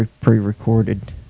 pre-recorded